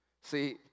See